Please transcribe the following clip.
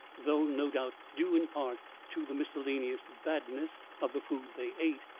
though no doubt due in part to the miscellaneous badness of the food they ate,